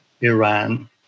Iran